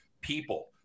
people